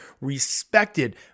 respected